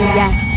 yes